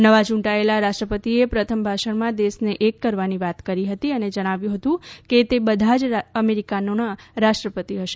નવા યૂંટાયેલા રાષ્ટ્રપતિએ પ્રથમ ભાષણમાં દેશને એક કરવાની વાત કરી હતી અને જણાવ્યું હતું કે તે બધાં જ અમેરિકનોનાં રાષ્ટ્રપતિ હશે